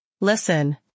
Listen